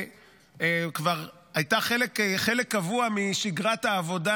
חלק קבוע משגרת העבודה